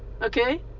Okay